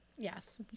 Yes